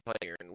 player